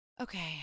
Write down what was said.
Okay